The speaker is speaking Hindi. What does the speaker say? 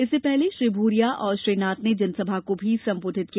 इससे पहले श्री भूरिया और श्री नाथ ने जनसभा को भी संबोधित किया